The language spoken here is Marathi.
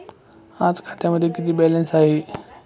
आज खात्यामध्ये किती बॅलन्स आहे?